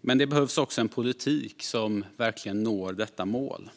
Men det behövs också en politik som verkligen kan nå detta mål.